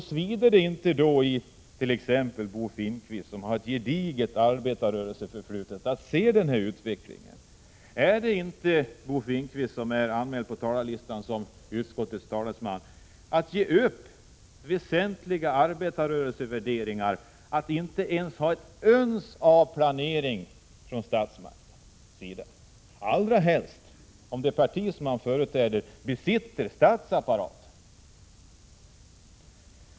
Svider det inte i Bo Finnkvist, som har ett gediget arbetarrörelseförflutet, när han ser på denna utveckling? Är det inte, Bo Finnkvist, som är anmäld på talarlistan som utskottets talesman, att ge upp väsentliga arbetarrörelsevärderingar att inte exempelvis ha ett uns av planering från statsmakterna — allra helst om det parti som man företräder har makten i statsapparaten?